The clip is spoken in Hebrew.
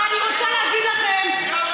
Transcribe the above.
ואני רוצה להגיד לכם,